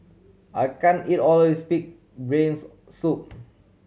I can't eat all of this pig brains soup